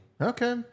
Okay